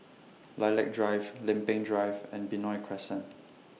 Lilac Drive Lempeng Drive and Benoi Crescent